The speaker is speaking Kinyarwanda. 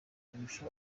kurusha